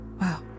Wow